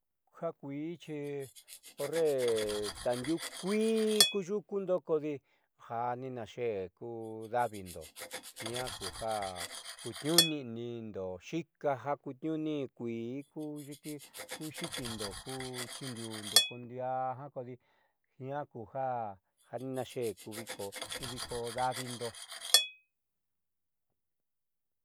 Jakuiixi horre tandiuukuii kuyukundo ja ninaxe'e ku daavindo jiaa kuja kutniuuni'inido yiikaja kutniuuni kuii ku xi'ikindo ku chiindiu'undo kondiaá kodijiaa kuja ninaaxeé ku viiko da'avindo